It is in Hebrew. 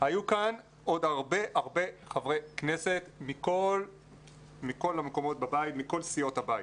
היו כאן עוד הרבה חברי כנסת מכל סיעות הבית.